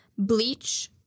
Bleach